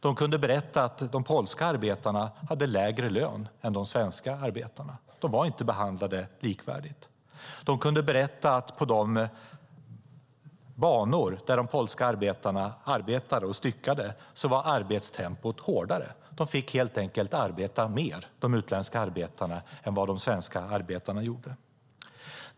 De kunde berätta att de polska arbetarna hade lägre lön än de svenska arbetarna. De var inte likvärdigt behandlade. De kunde berätta att på de banor där de polska arbetarna arbetade och styckade var arbetstempot hårdare. De utländska arbetarna fick helt enkelt arbeta mer än vad de svenska arbetarna gjorde.